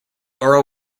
earl